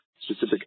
specific